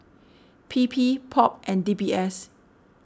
P P Pop and D B S